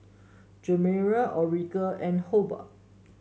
Jeremiah Orelia and Hobart